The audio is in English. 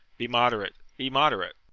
be moderate, be moderate.